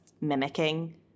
mimicking